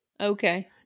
Okay